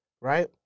Right